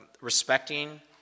respecting